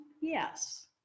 Yes